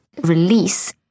release